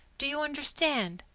do you understand?